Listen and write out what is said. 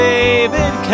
David